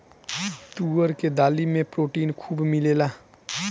तुअर के दाली में प्रोटीन खूब मिलेला